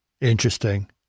Interesting